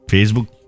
Facebook